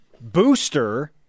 booster